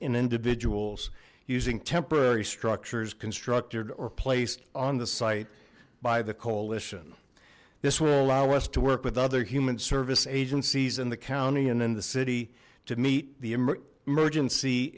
individuals using temporary structures constructed or placed on the site by the coalition this will allow us to work with other human service agencies in the county and in the city to meet the emerg